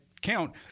count